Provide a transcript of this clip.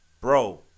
bro